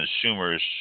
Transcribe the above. consumers